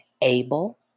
able